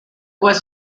was